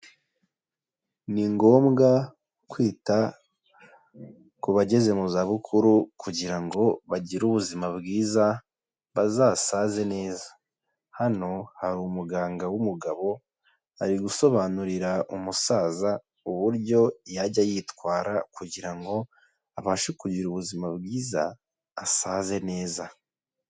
Ni ngombwa kwita ku bageze mu zabukuru kugira ngo bagire ubuzima bwiza, bazasaze neza. Hano, hari umuganga w'umugabo, ari gusobanurira umusaza uburyo yajya yitwara kugira ngo abashe kugira ubuzima bwiza, asaze neza.